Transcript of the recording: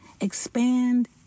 Expand